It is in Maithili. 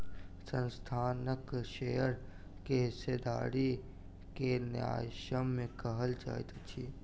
संस्थानक शेयर के हिस्सेदारी के न्यायसम्य कहल जाइत अछि